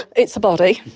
it's a body!